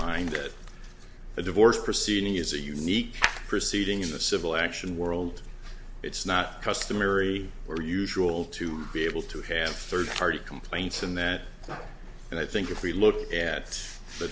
mind that the divorce proceeding is a unique proceeding in the civil action world it's not customary or usual to be able to handle third party complaints in that and i think if we look at the